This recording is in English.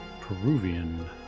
Peruvian